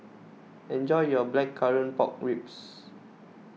enjoy your Blackcurrant Pork Ribs